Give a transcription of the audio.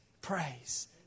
praise